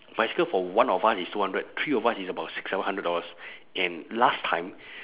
bicycle for one of us is two hundred three of us is about six seven hundred dollars and last time